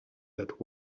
that